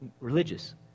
religious